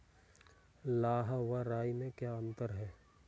लाह व राई में क्या अंतर है?